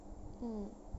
mm